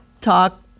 talk